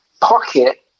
pocket